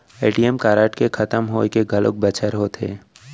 ATM card के खतम होए के घलोक बछर होथे